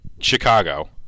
chicago